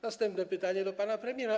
Następne pytanie do pana premiera.